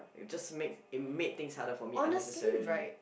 it just makes it made things harder for me unnecessarily